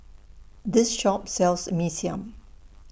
This Shop sells Mee Siam